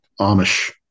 Amish